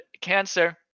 Cancer